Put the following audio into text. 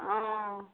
অঁ